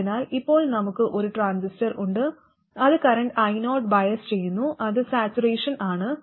അതിനാൽ ഇപ്പോൾ നമുക്ക് ഒരു ട്രാൻസിസ്റ്റർ ഉണ്ട് അത് കറന്റ് Io ബയസ് ചെയ്യുന്നു അത് സാച്ചുറേഷൻ ആണ്